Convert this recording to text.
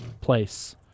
place